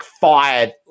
fired